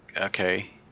Okay